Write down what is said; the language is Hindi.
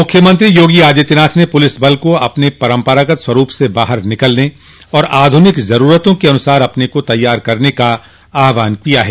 मुख्यमंत्री योगी आदित्यनाथ ने पुलिस बल को अपने परम्परागत स्वरूप से बाहर निकलने और आधुनिक जरूरतों के अनुसार अपने को तैयार करने का आहवान किया है